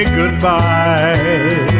goodbye